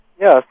Yes